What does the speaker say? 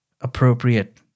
appropriate